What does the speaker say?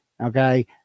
okay